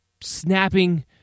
Snapping